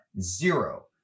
zero